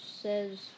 says